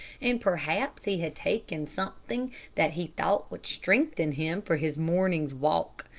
and perhaps he had taken something that he thought would strengthen him for his morning's walk,